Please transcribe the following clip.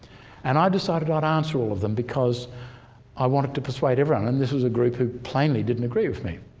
and i decided ah to answer all of them because i wanted to persuade everyone and this was a group who plainly didn't agree with me.